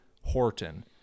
Horton